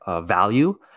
value